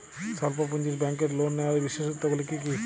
স্বল্প পুঁজির ব্যাংকের লোন নেওয়ার বিশেষত্বগুলি কী কী?